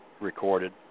recorded